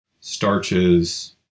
starches